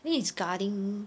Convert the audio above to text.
then he's guarding